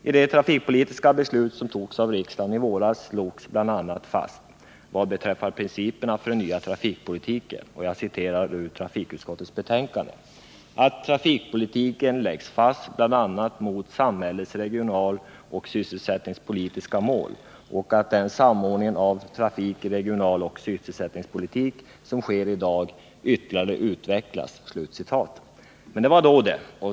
I det trafikpolitiska beslut som i våras fattades av riksdagen slogs vad beträffar principerna för den nya trafikpolitiken bl.a. fast att det är viktigt ”att trafikpolitiken läggs fast bl.a. mot bakgrund av samhällets regionaloch sysselsättningspolitiska mål och att den samordning av trafik-, regionaloch sysselsättningspolitik som sker i dag ytterligare utvecklas”. Men det var då det.